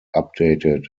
updated